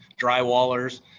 drywallers